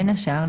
בין השאר,